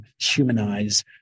humanize